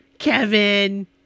Kevin